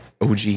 OG